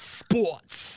sports